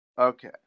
Okay